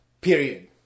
period